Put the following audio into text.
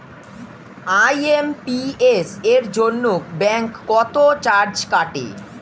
IMPS এর জন্য bank কত চার্জ কাটে?